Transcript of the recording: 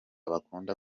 bakunda